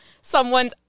someone's